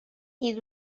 این